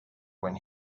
when